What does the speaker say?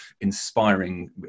inspiring